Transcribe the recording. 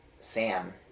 Sam